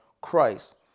Christ